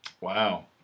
wow